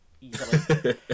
easily